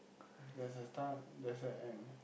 if there's a start there's a end